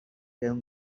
tell